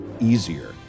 easier